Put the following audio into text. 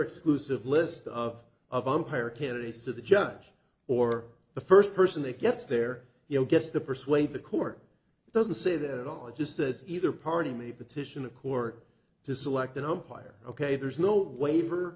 exclusive list of of umpire candidates to the judge or the first person that gets there you know gets to persuade the court it doesn't say that at all it just says either party may petition a court to select an umpire ok there's no waiver